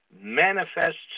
manifests